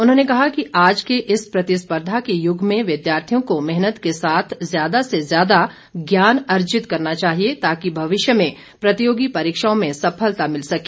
उन्होंने कहा कि आज के इस प्रतिस्पर्धा के युग में विद्यार्थियों को मेहनत के साथ ज्यादा से ज्याद ज्ञान अर्जित करना चाहिए ताकि भविष्य में प्रतियोगी परीक्षाओं में सफलता मिल सके